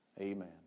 amen